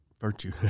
virtue